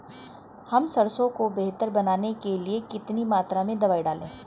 हम सरसों को बेहतर बनाने के लिए कितनी मात्रा में दवाई डालें?